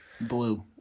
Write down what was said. Blue